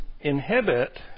inhibit